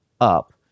up